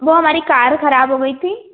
वो हमारी कार खराब हो गई थी